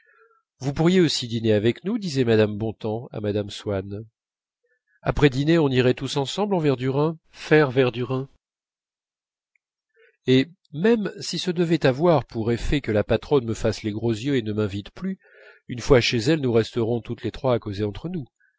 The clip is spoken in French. vous pourriez aussi dîner avec nous disait mme bontemps à mme swann après dîner on irait tous ensemble en verdurin faire verdurin et même si ce devait avoir pour effet que la patronne me fasse les gros yeux et ne m'invite plus une fois chez elle nous resterons toutes les trois à causer entre nous